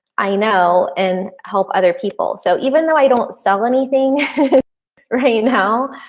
i know and help other people so even though i don't sell anything right now,